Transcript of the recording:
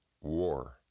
War